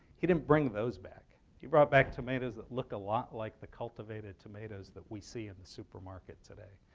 he didn't bring those back. he brought back tomatoes that look a lot like the cultivated tomatoes that we see in the supermarket today.